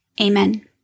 Amen